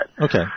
Okay